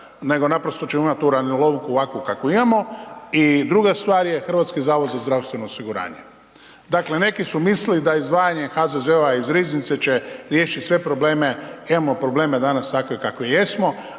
nego naprosto ćemo imati uranilovku ovakvu kakvu imamo. I druga stvar je HZZO. Dakle, neki su mislili da izdvajanje HZZO iz riznice će riješit sve probleme, a imamo probleme danas takve kakve jesmo,